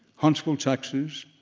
huntsville, texas,